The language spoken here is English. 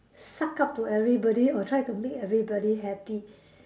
suck up to everybody or try to make everybody happy